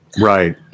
right